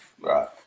Right